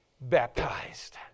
baptized